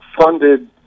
funded